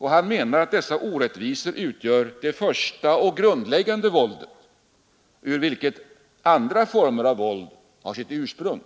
Han menar att dessa orättvisor utgör det första och grundläggande våldet, i vilket andra former av våld har sitt ursprung.